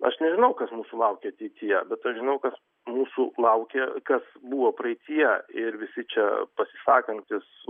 aš nežinau kas mūsų laukia ateityje bet aš žinau kas mūsų laukia kas buvo praeityje ir visi čia pasisakantys